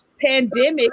pandemic